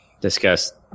discussed